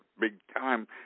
big-time